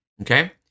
okay